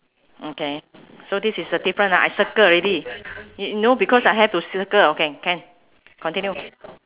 okay so this is a difference ah I circle already y~ no because I have to circle okay can continue